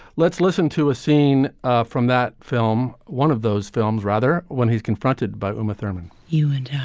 let's listen to a scene ah from that film. one of those films, rather, when he's confronted by uma thurman, you and